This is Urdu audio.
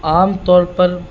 عام طور پر